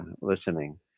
listening